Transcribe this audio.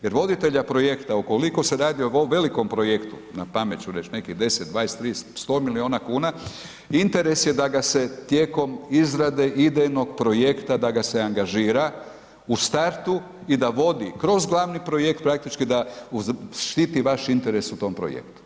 Jer voditelja projekta ukoliko se radi o velikom projektu, na pamet ću reći nekih 10, 20, 30, 100 milijuna kuna, interes je da ga se tijekom izrade idejnog projekta, da ga se angažira u startu i da vodi kroz glavni projekt, praktički da štiti vaš interes u tom projektu.